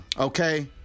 Okay